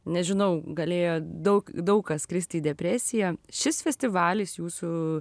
nežinau galėjo daug daug kas kristi į depresiją šis festivalis jūsų